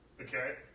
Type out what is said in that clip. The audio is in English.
Okay